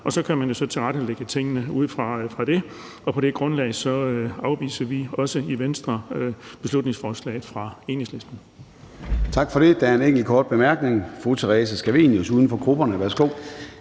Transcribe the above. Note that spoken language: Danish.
og så kan man så tilrettelægge tingene ud fra det. Og på det grundlag afviser vi også i Venstre beslutningsforslaget fra Enhedslistens